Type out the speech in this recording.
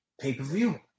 Pay-per-view